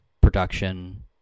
production